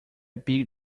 big